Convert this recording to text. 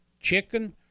chicken